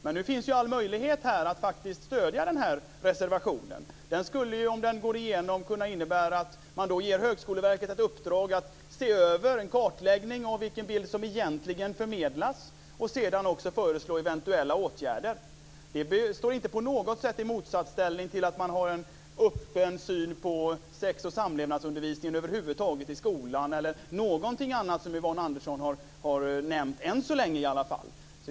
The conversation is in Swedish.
Men nu finns ju all möjlighet att faktiskt stödja den här reservationen. Om den går igenom skulle den kunna innebära att man ger Högskoleverket ett uppdrag att göra en kartläggning av vilken bild som egentligen förmedlas och sedan föreslå eventuella åtgärder. Det står inte på något sätt i motsatsställning till att man har en öppen syn på sex och samlevnadsundervisningen över huvud taget i skolan eller någonting annat som Yvonne Andersson har nämnt än så länge i alla fall.